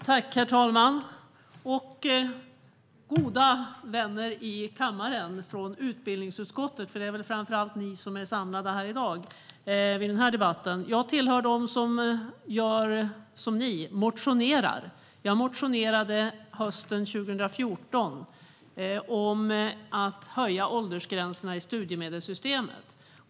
Herr talman! Goda vänner i kammaren från utbildningsutskottet! Det är väl framför allt ni som är samlade här i dag. Jag tillhör dem som gör som ni, nämligen väcker motioner. Jag motionerade hösten 2014 om att höja åldersgränserna i studiemedelssystemet.